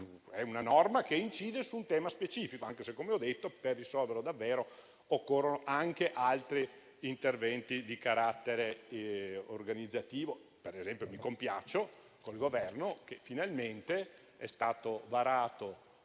È una norma che incide su un tema specifico, anche se, come ho detto, per risolverlo davvero occorrono anche altri interventi di carattere organizzativo. Mi compiaccio con il Governo, ad esempio, perché è stato